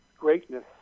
Greatness